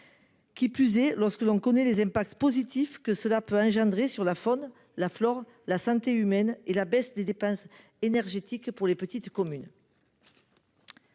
Qui plus est lorsque l'on connaît les impacts positifs que cela peut engendrer sur la faune, la flore, la santé humaine et la baisse des dépenses énergétiques pour les petites communes.